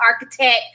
architect